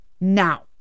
now